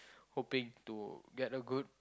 hoping to get a good